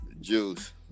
juice